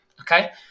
okay